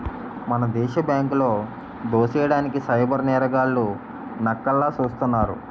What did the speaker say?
మన దేశ బ్యాంకులో దోసెయ్యడానికి సైబర్ నేరగాళ్లు నక్కల్లా సూస్తున్నారు